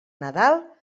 nadal